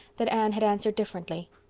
that anne had answered differently.